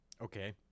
Okay